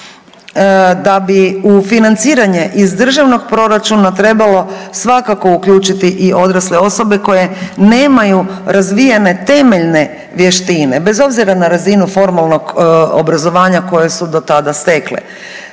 da bi u financiranje iz državnog proračuna trebalo svakako uključiti i odrasle osobe koje nemaju razvijene temeljne vještine bez obzira na razinu formalnog obrazovanja koje su do tada stekle.